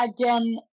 Again